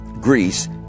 Greece